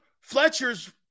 Fletcher's